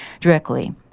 Directly